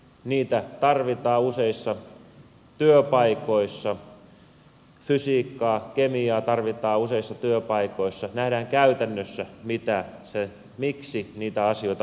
niitä tarvitaan useissa työpaikoissa fysiikkaa kemiaa tarvitaan useissa työpaikoissa nähdään käytännössä miksi niitä asioita opiskellaan